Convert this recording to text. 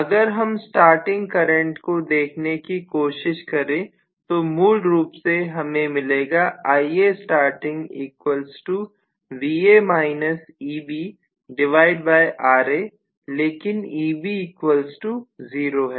अगर हम starting current को देखने की कोशिश करें तो मूल रूप से हमें मिलेगा लेकिन Eb0 है